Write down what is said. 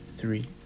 three